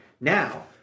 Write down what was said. now